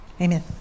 amen